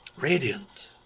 Radiant